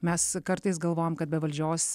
mes kartais galvojam kad be valdžios